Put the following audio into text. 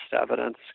evidence